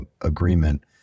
agreement